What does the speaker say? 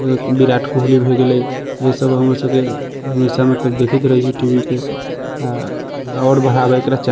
विराट कोहली भए गेलै इएहसभ हमरसभके हमेशा मतलब देखैत रहै छियै टी वी पे आ आओर बढ़ावा एकरा चाही